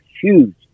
huge